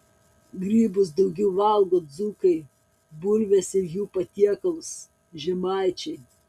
grybus daugiau valgo dzūkai bulves ir jų patiekalus žemaičiai